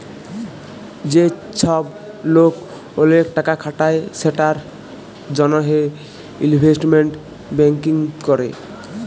যে চ্ছব লোক ওলেক টাকা খাটায় সেটার জনহে ইলভেস্টমেন্ট ব্যাঙ্কিং ক্যরে